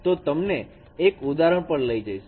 તો તમને એક ઉદાહરણ પર લઈ જઈશ